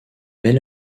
mais